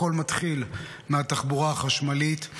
הכול מתחיל מהתחבורה החשמלית.